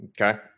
Okay